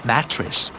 Mattress